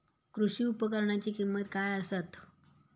कृषी उपकरणाची किमती काय आसत?